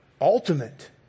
ultimate